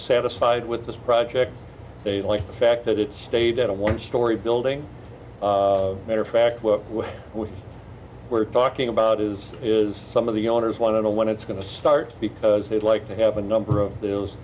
satisfied with this project they like a fair that it stayed at a one story building matter fact what we were talking about is is some of the owners want to know when it's going to start because they'd like to have a number of those